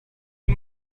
you